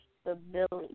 stability